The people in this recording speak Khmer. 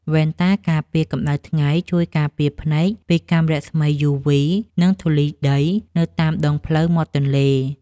វ៉ែនតាការពារកម្ដៅថ្ងៃជួយការពារភ្នែកពីកាំរស្មីយូវី និងធូលីដីនៅតាមដងផ្លូវមាត់ទន្លេ។